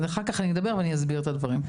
אחר כך אני אדבר ואני אסביר את הדברים.